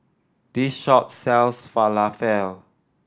this shop sells Falafel